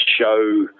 show